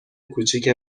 کوچیکه